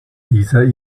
dieser